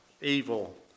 evil